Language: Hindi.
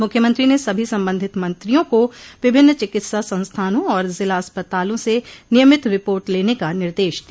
मुख्यमंत्री ने सभी संबंधित मंत्रियों को विभिन्न चिकित्सा संस्थानों और जिला अस्पतालों से नियमित रिपोर्ट लेने का निर्देश दिया